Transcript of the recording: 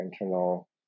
internal